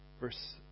Verse